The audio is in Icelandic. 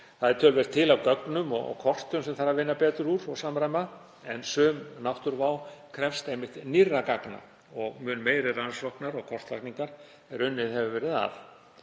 Töluvert er til af gögnum og kortum sem vinna þarf betur úr og samræma, en sum náttúruvá krefst einmitt nýrra gagna og mun meiri rannsókna og kortlagningar en unnið hefur verið að.